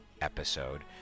episode